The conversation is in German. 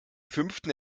fünften